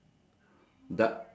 the third one is